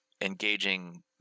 engaging